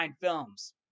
films